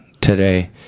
today